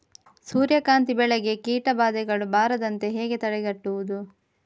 ಸೂರ್ಯಕಾಂತಿ ಬೆಳೆಗೆ ಕೀಟಬಾಧೆಗಳು ಬಾರದಂತೆ ಹೇಗೆ ತಡೆಗಟ್ಟುವುದು?